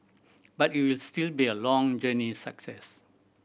but it will still be a long journey success